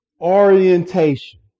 orientation